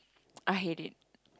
I hate it